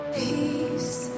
peace